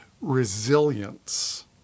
resilience